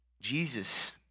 Jesus